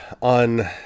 on